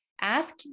ask